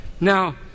Now